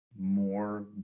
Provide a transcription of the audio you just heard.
more